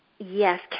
Yes